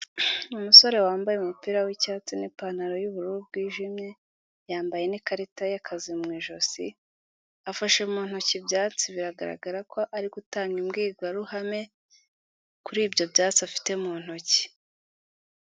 Umusore wambaye umupira w'icyatsi n'ipantaro y'ubururu bwijimye, yambaye n'ikarita y'akazi mu ijosi, afashe mu ntoki ibyatsi biragaragara ko ari gutanga imbwirwaruhame kuri ibyo byatsi afite mu ntoki.